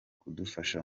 kudufasha